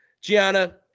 Gianna